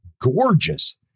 gorgeous